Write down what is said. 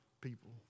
people